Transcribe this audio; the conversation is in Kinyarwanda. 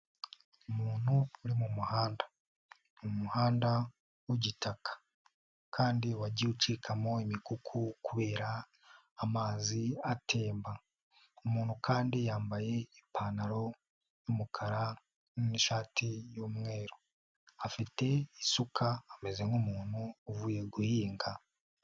Umuntu uri mu muhanda, ni mu muhanda w'igitaka kandi wagiye ucikamo imikuku kubera amazi atemba, umuntu kandi yambaye ipantaro y'umukara n'ishati y'umweru, afite isuka ameze nk'umuntu uvuye guhinga.